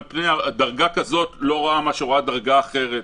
דרגה כזאת לא רואה מה שרואה דרגה אחרת.